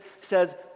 says